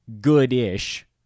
good-ish